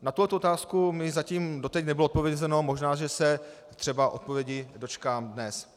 Na tuto otázku mi zatím doteď nebylo odpovězeno, možná že se třeba odpovědi dočkám dnes.